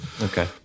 Okay